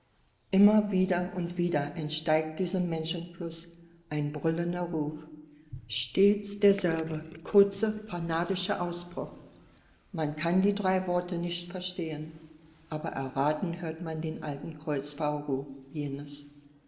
immer wieder und wieder entsteigt diesem menschenfluß ein brüllender ruf stets derselbe kurze fanatische ausbruch man kann die drei worte nicht verstehen aber erratend hört man den alten kreuzfahrerruf jenes